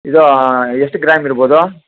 ಇದು ಎಷ್ಟು ಗ್ರ್ಯಾಮ್ ಇರಬೋದು